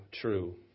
true